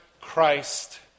Christ